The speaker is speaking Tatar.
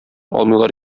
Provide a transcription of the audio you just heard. алмыйлар